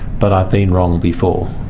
but i've been wrong before.